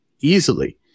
easily